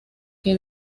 que